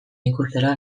ikustera